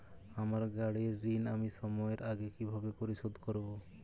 আমার গাড়ির ঋণ আমি সময়ের আগে কিভাবে পরিশোধ করবো?